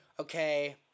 okay